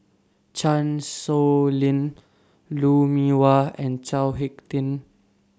Chan Sow Lin Lou Mee Wah and Chao Hick Tin